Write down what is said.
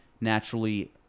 naturally